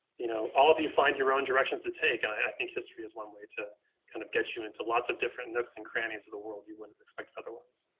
you know, all of you find your own directions to take. i think history is one way to kind of get you into lots of different nooks and crannies of the world, you wouldn't expect otherwise.